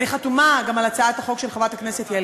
אני חתומה גם על הצעת החוק של חברת הכנסת יעל